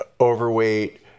overweight